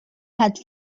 had